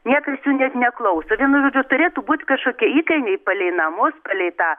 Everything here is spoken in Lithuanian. niekas jų net neklauso vienu metu turėtų būt kažkokie įkainiai palei namus palei tą